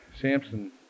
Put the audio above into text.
Samson